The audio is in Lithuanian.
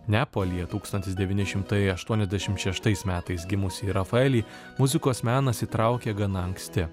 neapolyje tūkstantis devyni šimtai aštuoniasdešim šeštais metais gimusį rafaelį muzikos menas įtraukė gana anksti